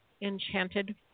Enchanted